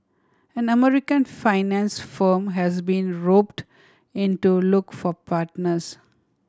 an American finance firm has been roped in to look for partners